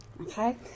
Okay